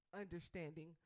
understanding